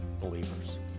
believers